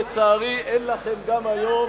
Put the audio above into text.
אשדוד ולצערי אין לכם גם היום,